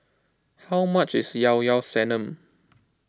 how much is Llao Llao Sanum